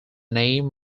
name